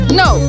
no